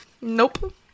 Nope